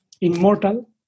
immortal